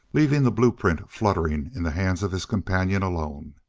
leaving the blueprint fluttering in the hands of his companion alone.